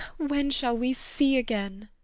when shall we see again?